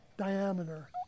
diameter